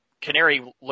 Canary